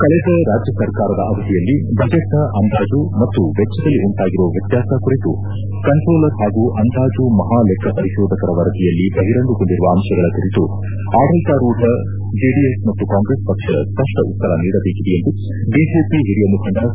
ಕಳೆದ ರಾದ್ಯ ಸರ್ಕಾರದ ಅವಧಿಯಲ್ಲಿ ಬಣೆಚ್ನ ಅಂದಾಜು ಮತ್ತು ವೆಚ್ಹದಲ್ಲಿ ಉಂಟಾಗಿರುವ ವ್ಯತ್ಯಾಸ ಕುರಿತು ಕಂಟೋಲರ್ ಹಾಗೂ ಅಂದಾಜು ಮಹಾ ರೆಕ್ಕ ಪರಿಕೋಧಕರ ವರದಿಯಲ್ಲಿ ಬಹಿರಂಗಗೊಂಡಿರುವ ಅಂಶಗಳ ಕುರಿತು ಆಡಳಿತ ರೂಢ ಜೆಡಿಎಸ್ ಮತ್ತು ಕಾಂಗ್ರೆಸ್ ಪಕ್ಷ ಸ್ಪಷ್ಟ ಉತ್ತರ ನೀಡಬೇಕಿದೆ ಎಂದು ಬಿಜೆಪಿ ಹಿರಿಯ ಮುಖಂಡ ಸಿ